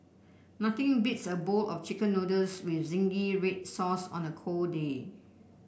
nothing beats a bowl of chicken noodles with zingy red sauce on a cold day